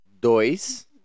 dois